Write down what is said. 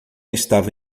estava